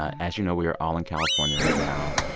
as you know, we are all in california right now,